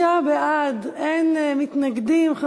25 בעד, אין מתנגדים.